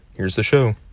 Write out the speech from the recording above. here's the show